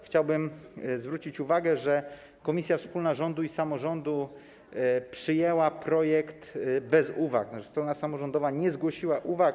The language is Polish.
Chciałbym zwrócić uwagę, że komisja wspólna rządu i samorządu przyjęła projekt bez uwag, tzn. strona samorządowa nie zgłosiła uwag.